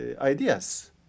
ideas